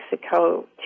Mexico